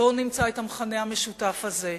בואו נמצא את המכנה המשותף הזה,